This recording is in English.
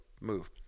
move